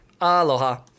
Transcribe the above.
Aloha